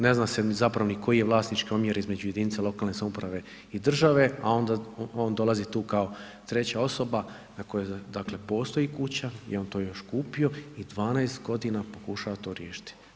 Ne zna se zapravo ni koji je vlasnički omjer između jedinica lokalne samouprave i države a onda on dolazi tu kao treća osoba na kojoj dakle postoji kuća, nije on to još kupio i 12 godina pokušava to riješiti.